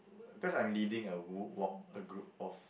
cause I am leading a w~ walk a group of